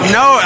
no